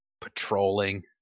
patrolling